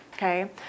Okay